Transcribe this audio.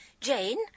Jane